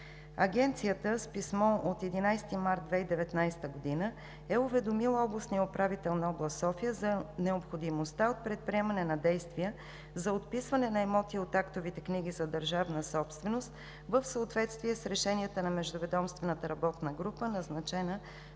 Агенцията с писмо от 11 март 2019 г. е уведомила областния управител на област София за необходимостта от предприемане на действия за отписване на имоти от актовите книги за държавна собственост в съответствие с решенията на Междуведомствената работна група, назначена